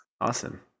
awesome